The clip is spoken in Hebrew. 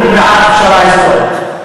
אני בעד פשרה היסטורית.